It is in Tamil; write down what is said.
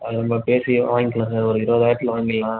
அதை நம்ம பேசி வாங்கிக்கலாம் சார் ஒரு இருபதாயிரத்துல வாங்கிடலாம் சார்